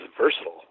versatile